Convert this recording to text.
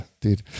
dude